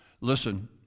Listen